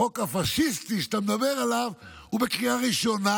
החוק הפשיסטי שאתה מדבר עליו הוא בקריאה ראשונה,